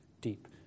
deep